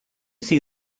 see